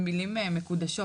במילים מקודשות,